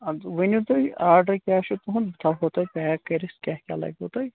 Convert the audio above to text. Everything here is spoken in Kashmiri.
اَدٕ ؤنِو تُہۍ آڈَر کیٛاہ چھُ تُہُنٛد بہٕ تھاوَو تۄہہِ پیک کٔرِتھ کیٛاہ کیٛاہ لَگوٕ تۄہہِ